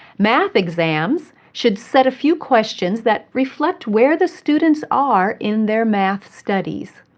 math exams should set a few questions that reflect where the students are in their math studies.